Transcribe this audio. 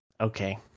Okay